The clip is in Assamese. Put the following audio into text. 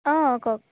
অঁ কওক